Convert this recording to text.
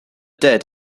dead